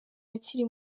akiri